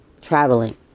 traveling